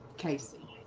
casey